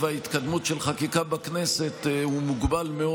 ההתקדמות של חקיקה בכנסת הוא מוגבל מאוד.